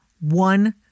one